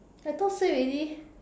I thought say already